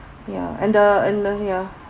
ya and the and the ya